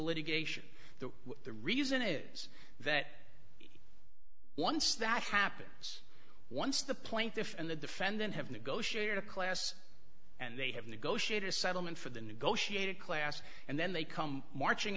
litigation that the reason is that once that happens once the plaintiff and the defendant have negotiated a class and they have negotiated settlement for the negotiated class and then they come marching